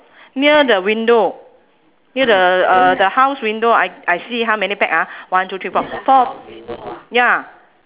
near the window near the uh the house window I I see how many pack ah one two three four four ya